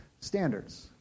standards